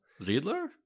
ziedler